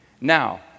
Now